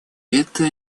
это